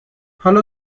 حالا